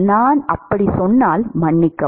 நான் அப்படிச் சொன்னால் மன்னிக்கவும்